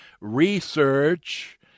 research